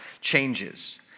changes